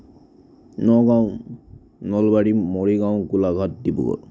Nagaon Nalbari Morigaon Golaghat Dibrugarh